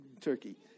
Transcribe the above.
turkey